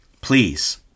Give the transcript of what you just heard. Please